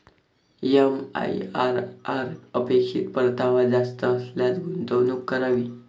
MIRR अपेक्षित परतावा जास्त असल्यास गुंतवणूक करावी